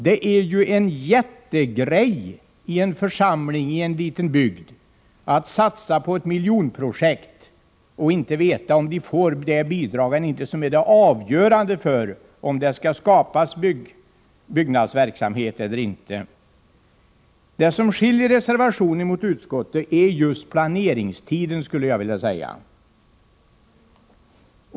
Det är ju en ”jättegrej” i en församling i en liten bygd att satsa på ett miljonprojekt och att inte veta om man får byggnadsbidrag. Det är ju avgörande för om det skall skapas byggnadsverksamhet eller inte. Det som skiljer reservationerna från utskottets skrivning är just det här med planeringstiden, skulle jag vilja säga.